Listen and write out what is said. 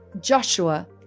Joshua